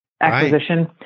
acquisition